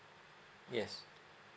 yes